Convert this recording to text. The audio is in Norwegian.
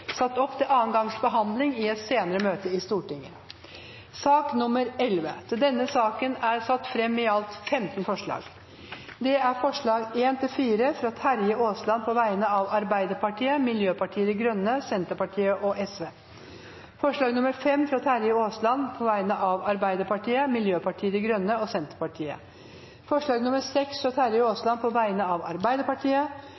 satt opp til andre gangs behandling i et senere møte i Stortinget. Under debatten er det satt fram i alt 15 forslag. Det er forslagene nr. 1–4, fra Terje Aasland på vegne av Arbeiderpartiet, Miljøpartiet De Grønne, Senterpartiet og Sosialistisk Venstreparti forslag nr. 5, fra Terje Aasland på vegne av Arbeiderpartiet, Miljøpartiet De Grønne og Senterpartiet forslag nr. 6, fra Terje Aasland på vegne av Arbeiderpartiet